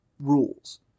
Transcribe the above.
rules